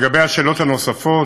לגבי השאלות הנוספות,